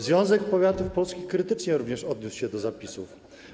Związek Powiatów Polskich krytycznie również odniósł się do zapisów.